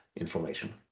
information